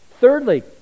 Thirdly